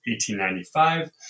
1895